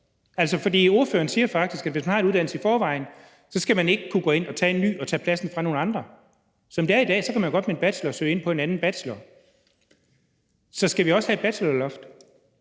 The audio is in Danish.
For ordføreren siger faktisk, at hvis man har en uddannelse i forvejen, skal man ikke kunne gå ind og tage en ny og tage pladsen fra nogle andre. Som det er i dag, kan man godt med en bachelor søge ind på en anden bacheloruddannelse, så skal vi også have et bachelorloft?